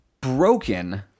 broken